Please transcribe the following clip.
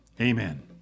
Amen